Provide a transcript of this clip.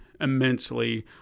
immensely